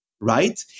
right